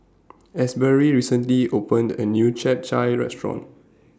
Asbury recently opened A New Chap Chai Restaurant